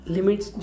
Limits